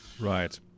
Right